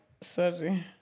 Sorry